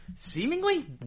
seemingly